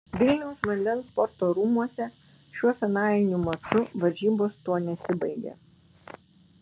vilniaus vandens sporto rūmuose šiuo finaliniu maču varžybos tuo nesibaigė